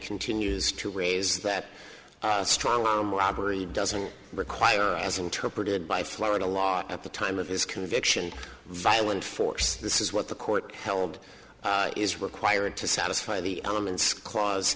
continues to raise that strong arm robbery doesn't require as interpreted by florida law at the time of his conviction violent force this is what the court held is required to satisfy the elements clause